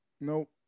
Nope